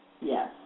yes